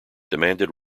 demanded